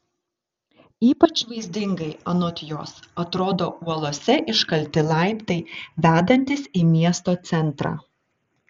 ypač vaizdingai anot jos atrodo uolose iškalti laiptai vedantys į miesto centrą